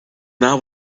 not